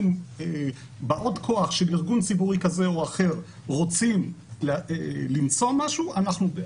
אם באי כוח של ארגון ציבורי כזה או אחר רוצים למצוא משהו אנחנו בעד.